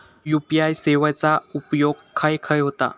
UPI सेवेचा उपयोग खाय खाय होता?